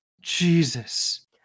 Jesus